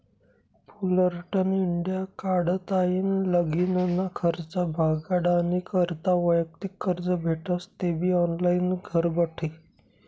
Fullerton India कडताईन लगीनना खर्च भागाडानी करता वैयक्तिक कर्ज भेटस तेबी ऑनलाईन घरबठी